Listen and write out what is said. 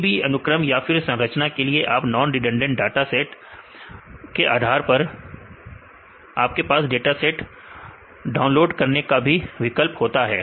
किसी भी अनुक्रम या फिर संरचना के लिए आप नॉन रिडंडेंट डाटा सेट के आधार पर आपके पास डाटा दो डाउनलोड करने का भी विकल्प होता है